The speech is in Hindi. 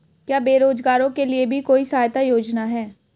क्या बेरोजगारों के लिए भी कोई सहायता योजना है?